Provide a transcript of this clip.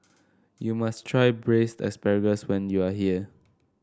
you must try Braised Asparagus when you are here